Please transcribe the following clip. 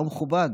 לא מכובד.